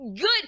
good